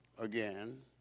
again